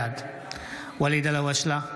בעד ואליד אלהואשלה,